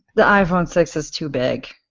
the iphone six is too big.